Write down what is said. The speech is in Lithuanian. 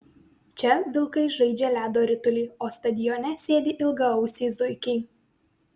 čia vilkai žaidžia ledo ritulį o stadione sėdi ilgaausiai zuikiai